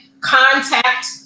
contact